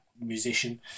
musician